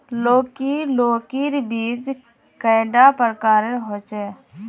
लौकी लौकीर बीज कैडा प्रकारेर होचे?